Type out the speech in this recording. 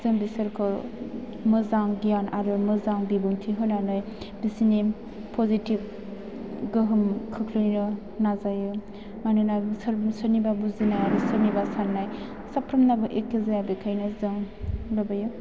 जों बिसोरखौ मोजां गियान आरो मोजां बिबुंथि होनानै गोसोनि पजिटिब गोहोम खोख्लैनो नाजायो मानोना सोरनिबा बुजिनाया सोरनिबा साननाय साफ्रोमनाबो एखे जाया बेखायनो जों लुबैयो